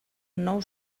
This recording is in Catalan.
nou